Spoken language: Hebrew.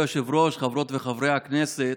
כבוד היושב-ראש, חברות וחברי הכנסת,